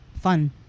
fun